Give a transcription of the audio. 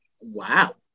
wow